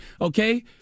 okay